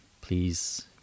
please